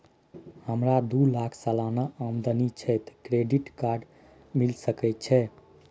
हमरा दू लाख सालाना आमदनी छै त क्रेडिट कार्ड मिल सके छै?